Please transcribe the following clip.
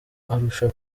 arusha